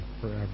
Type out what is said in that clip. forever